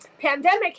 pandemic